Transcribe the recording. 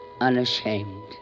unashamed